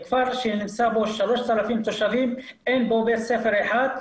כפר שנמצאים בו 3,000 תושבים, אין בו בית ספר אחד.